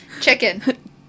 Chicken